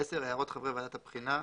הערות חברי ועדת הבחינה,